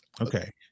Okay